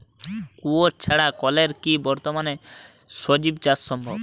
কুয়োর ছাড়া কলের কি বর্তমানে শ্বজিচাষ সম্ভব?